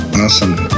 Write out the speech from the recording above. Awesome